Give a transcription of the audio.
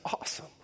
awesome